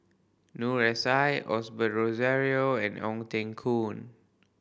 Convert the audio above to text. Noor S I Osbert Rozario and Ong Teng Koon